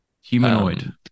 humanoid